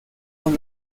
con